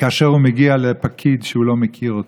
כאשר הוא מגיע לפקיד שהוא לא מכיר אותו.